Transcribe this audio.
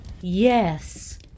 Yes